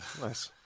Nice